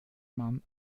man